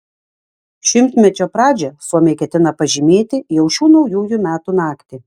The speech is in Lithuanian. šimtmečio pradžią suomiai ketina pažymėti jau šių naujųjų metų naktį